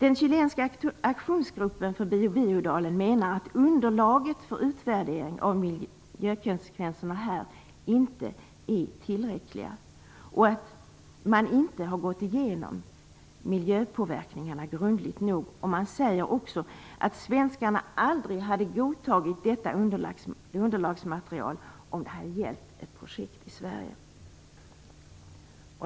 En chilensk aktionsgrupp t.ex. menar att underlaget för utvärdering av miljökonsekvenserna inte är tillräckliga och att man inte har gått igenom miljöpåverkningarna grundligt nog. Man säger också att svenskarna aldrig hade godtagit detta underlagsmaterial om det hade gällt ett projekt i Sverige.